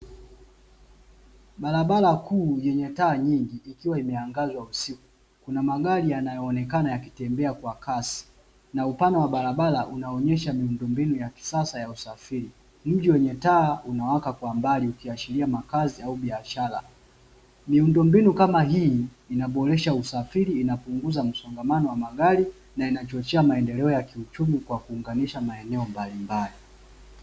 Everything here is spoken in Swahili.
Barabara kuu yenye taa nyingi ikiwa imeangazwa usiku, Kuna magari yanayo onekana yakitembea kwa kasi na upana wa barabara unaonyesha miundo mbinu ya kisasa ya usafiri. Mji wenye taa unawaka kwa mbali ukiashiria malazi au biashara. Miundo mbinu kama hii inaboresha usafiri inapunguza msongamano wa magari na inachochea maendeleo ya kiuchumi kwa kuunganisha maeneo mbalimbali.